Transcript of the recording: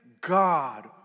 God